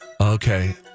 Okay